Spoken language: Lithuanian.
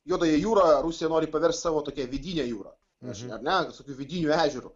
juodąją jūrą rusija nori paversti savo tokia vidine jūra ar ne tokiu vidiniu ežeru